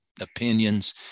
opinions